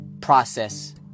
process